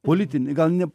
politinį gal ne